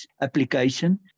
application